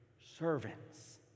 servants